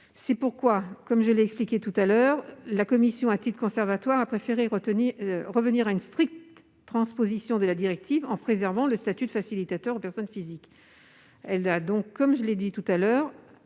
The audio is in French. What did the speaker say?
C'est pourquoi, comme je l'ai expliqué tout à l'heure, la commission a préféré revenir, à titre conservatoire, à une stricte transposition de la directive en réservant le statut de facilitateur aux seules personnes physiques.